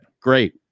great